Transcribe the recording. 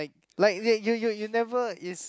like like they you you you never is